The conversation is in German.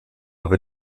über